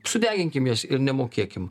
sudeginkim jas ir nemokėkim